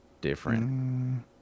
different